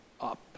up